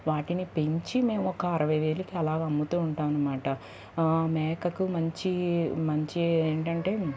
వాటిని పెంచి మేము ఒక అరవైవేలుకి అలా అమ్ముతూ ఉంటాం అనమాట మేకకు మంచి మంచి ఏంటంటే